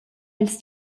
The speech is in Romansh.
ils